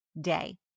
day